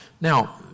Now